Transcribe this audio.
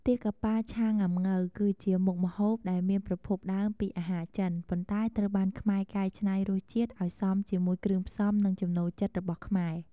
ទាកាប៉ាឆាង៉ាំង៉ូវ គឺជាមុខម្ហូបដែលមានប្រភពដើមពីអាហារចិន ប៉ុន្តែត្រូវបានខ្មែរកែច្នៃរសជាតិឱ្យសមជាមួយគ្រឿងផ្សំ និងចំណូលចិត្តរបស់ខ្មែរ។